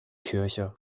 kirche